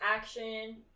action